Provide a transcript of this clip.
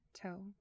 toe